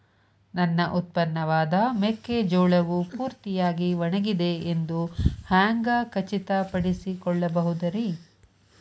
ನನ್ನ ಉತ್ಪನ್ನವಾದ ಮೆಕ್ಕೆಜೋಳವು ಪೂರ್ತಿಯಾಗಿ ಒಣಗಿದೆ ಎಂದು ಹ್ಯಾಂಗ ಖಚಿತ ಪಡಿಸಿಕೊಳ್ಳಬಹುದರೇ?